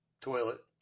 toilet